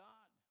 God